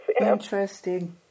Interesting